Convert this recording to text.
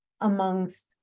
amongst